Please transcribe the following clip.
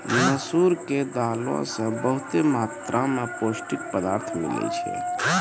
मसूर के दालो से बहुते मात्रा मे पौष्टिक पदार्थ मिलै छै